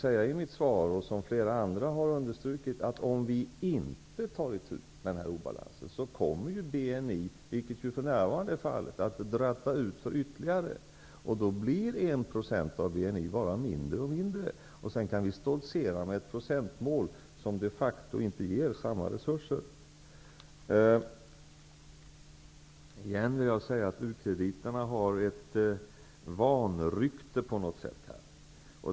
Jag och flera andra har understrykit att om vi inte tar itu med denna obalans, kommer BNI, vilket för närvarande är fallet, att dratta utför ytterligare. Då blir 1 % av BNI bara mindre och mindre. Sedan kan vi stoltsera med ett procentmål som de facto inte ger lika stora resurser. U-krediterna har på något sätt fått ett vanrykte här.